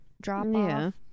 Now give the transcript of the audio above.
drop-off